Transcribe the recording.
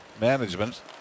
management